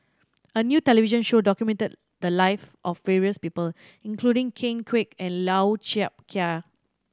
a new television show documented the lives of various people including Ken Kwek and Lau Chiap Khai